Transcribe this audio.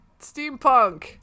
steampunk